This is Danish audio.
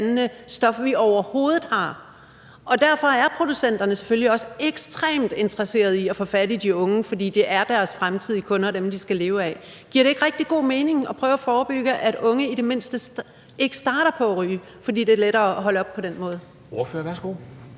stof, vi overhovedet har, og derfor er producenterne selvfølgelig også ekstremt interesserede i at få fat i de unge, fordi det er deres fremtidige kunder og dem, de skal leve af. Giver det ikke rigtig god mening at prøve at forebygge, at unge i det mindste ikke starter på at ryge, fordi det er lettere at holde op på den måde? Kl.